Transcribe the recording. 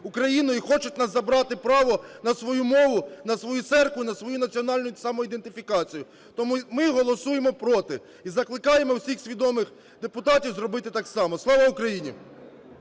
Україну і хочуть у нас забрати право на свою мову, на свою церкву, на свою національну самоідентифікацію. Тому ми голосуємо проти, і закликаємо всіх свідомих депутатів зробити так само. Слава Україні!